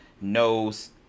knows